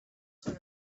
sort